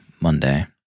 Monday